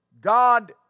God